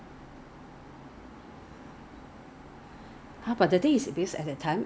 you don't have to clock because I think I haven't use their product for quite some time but I'm still a member I think